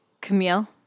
Camille